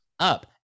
Up